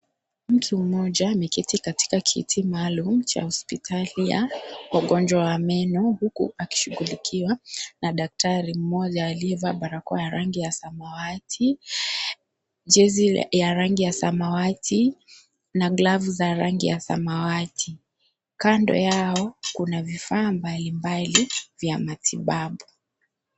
Mtu moja ameketi katika kiti maalumu cha hospitali ya wagonjwa wa meno. Huku akishughulikiwa na daktari mmoja aliyevaa barakoa ya rangi ya samawati, jezi ya rangi ya samawati na glavu za rangi ya samawati. Kando yao kuna vifaa mbalimbali vya matibabu.